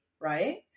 right